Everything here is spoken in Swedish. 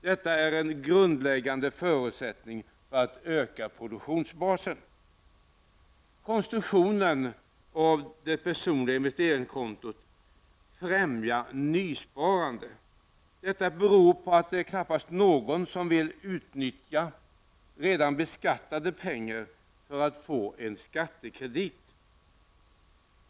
Detta är en grundläggande förutsättning för att öka produktionsbasen. Konstruktionen av det personliga investeringskontot främjar nysparande. Detta beror på att knappast någon vill utnyttja redan beskattade pengar för att få en skattekredit.